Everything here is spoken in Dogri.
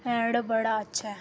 ऐंड बड़ा अच्छा ऐ